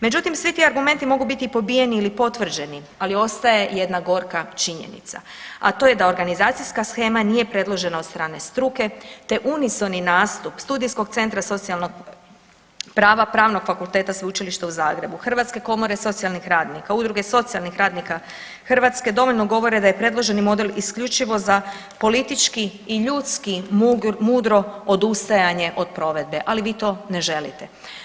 Međutim svi ti argumenti mogu biti pobijeni ili potvrđeni, ali ostaje jedna gorka činjenica, a to je da organizacijska shema nije predložena od strane struke te unisoni nastup studijskog centra socijalnog prava Pravnog fakulteta Sveučilišta u Zagrebu, Hrvatske komore socijalnih radnika, udruge socijalnih radnika Hrvatske, dovoljno govore da je predloženi model isključivo za politički i ljudski mudro odustajanje od provedbe, ali vi to ne želite.